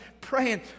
praying